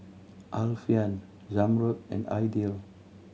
Alfian Zamrud and Aidil